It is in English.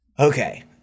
Okay